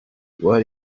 what